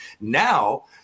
now